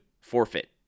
forfeit